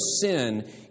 sin